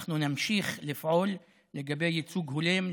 אנחנו נמשיך לפעול לגבי ייצוג הולם,